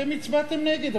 אתם הצבעתם נגד.